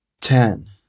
ten